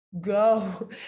go